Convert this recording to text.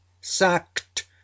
sacked